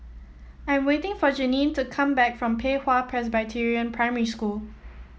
I'm waiting for Janine to come back from Pei Hwa Presbyterian Primary School